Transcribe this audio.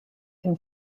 and